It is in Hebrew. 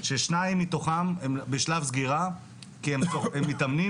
ששתיים מתוכן הן בשלב סגירה כי הם מתאמנים